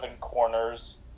corners